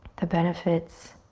the benefits.